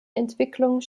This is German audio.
entwicklung